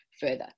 further